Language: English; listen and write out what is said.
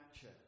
church